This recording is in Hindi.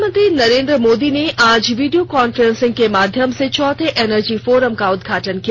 प्रधानमंत्री नरेंद्र मोदी ने आज वीडियो कांफ्रेसिंग के माध्यम से चौथे एनर्जी फोरम का उदघाटन किया